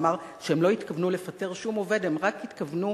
ואמר שהם לא התכוונו לפטר שום עובד, הם רק התכוונו